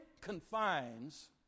confines